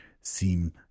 seem